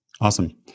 awesome